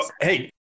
Hey